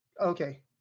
Okay